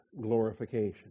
glorification